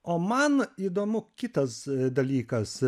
o man įdomu kitas dalykas